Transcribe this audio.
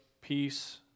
peace